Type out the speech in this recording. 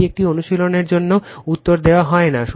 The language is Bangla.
এটি একটি অনুশীলনের জন্য যে উত্তর দেওয়া হয় না